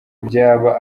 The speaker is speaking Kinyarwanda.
byaba